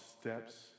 steps